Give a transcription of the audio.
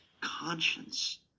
conscience